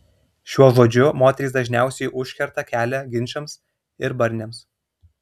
šiuo žodžiu moterys dažniausiai užkerta kelią ginčams ir barniams